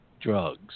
drugs